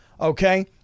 okay